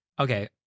okay